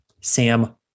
Sam